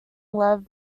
lev